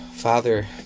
Father